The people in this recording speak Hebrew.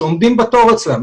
שעומדים בתור אצלם,